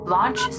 Launch